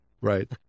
right